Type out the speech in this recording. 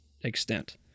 extent